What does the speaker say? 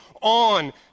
on